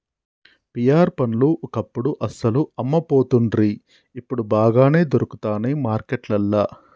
pear పండ్లు ఒకప్పుడు అస్సలు అమ్మపోతుండ్రి ఇప్పుడు బాగానే దొరుకుతానయ్ మార్కెట్లల్లా